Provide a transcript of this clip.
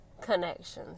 connections